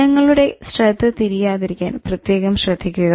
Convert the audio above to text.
നിങ്ങളുടെ ശ്രദ്ധ തിരിയാതിരിക്കാൻ പ്രത്യേകം ശ്രദ്ധിക്കുക